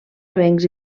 avencs